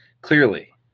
clearly